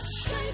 Shape